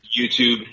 YouTube